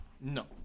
No